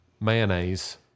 mayonnaise